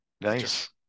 Nice